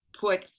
put